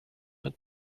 and